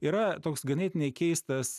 yra toks ganėtinai keistas